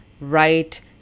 right